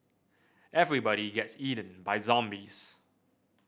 everybody gets eaten by zombies